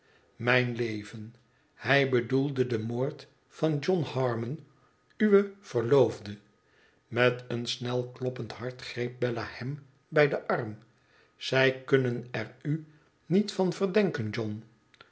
mijn leven hij bedoelde den moord van john harmon uw verloofde met een snelkloppend hart greep bella hem bij den arm zij kunnen er u niet van verdenken john